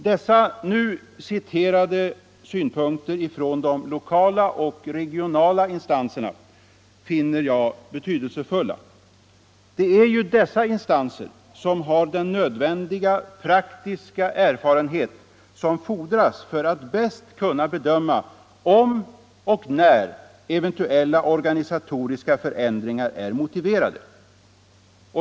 Dessa nu citerade synpunkter från de lokala och regionala instanserna finner jag betydelsefulla. Dessa instanser har den nödvändiga praktiska erfarenhet som fordras för att bäst kunna bedöma om och när eventuella organisatoriska förändringar är motiverade.